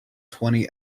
twenty